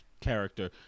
Character